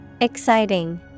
exciting